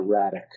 erratic